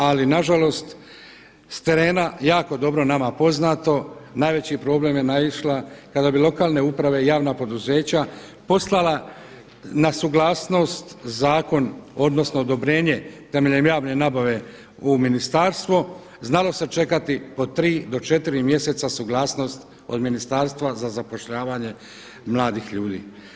Ali na žalost s terena jako dobro nama poznato najveći problem je naišla kada bi lokalne uprave i javna poduzeća poslala na suglasnost zakon, odnosno odobrenje temeljem javne nabave u ministarstvo znalo se čekati po tri do četiri mjeseca suglasnost od ministarstva za zapošljavanje mladih ljudi.